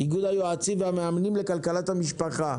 איגוד היועצים והמאמנים לכלכלת המשפחה.